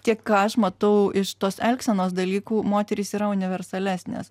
tiek ką aš matau iš tos elgsenos dalykų moterys yra universalesnės